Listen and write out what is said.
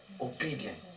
obedience